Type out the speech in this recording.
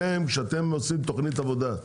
כשאתם עושים תוכנית עבודה,